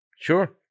Sure